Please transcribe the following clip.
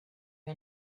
you